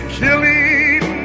killing